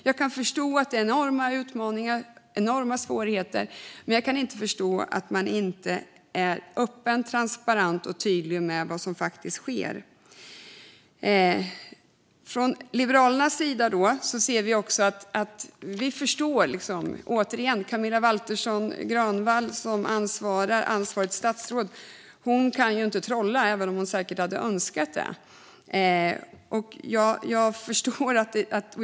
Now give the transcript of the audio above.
Jag kan förstå att det är enorma utmaningar och enorma svårigheter, men jag kan inte förstå att man inte är öppen, transparent och tydlig med vad som faktiskt sker. Från Liberalernas sida förstår vi, återigen, att Camilla Waltersson Grönvall som ansvarigt statsråd inte kan trolla, även om hon säkert hade önskat det.